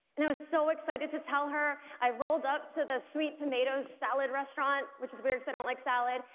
and i was so excited to tell her i rolled up to the sweet tomatoes salad restaurant, which is weird cause i don't like salad,